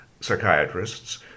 psychiatrists